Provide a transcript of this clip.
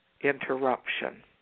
interruption